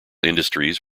industries